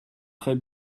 très